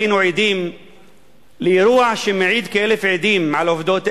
היינו עדים לאירוע שמעיד כאלף עדים על העובדות האלה.